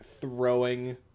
throwing